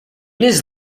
his